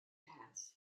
has